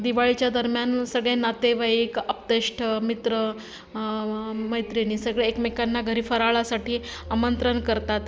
दिवाळीच्या दरम्यान सगळे नातेवाईक आप्तेष्ट मित्र मैत्रिणी सगळे एकमेकांना घरी फराळासाठी आमंत्रण करतात